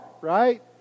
right